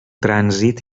trànsit